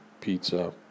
pizza